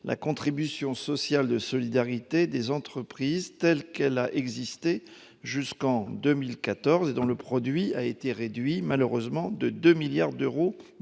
la contribution sociale de solidarité des entreprises, telle qu'elle a existé jusqu'en 2014 et dont le produit a malheureusement été réduit de 2 milliards d'euros